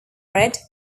red